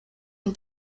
and